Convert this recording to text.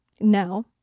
Now